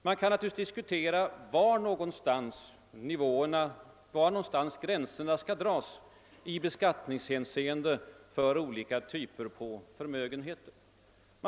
Man kan naturligtvis diskutera var gränserna skall dras i beskattningshänseende för olika stora förmögenheter.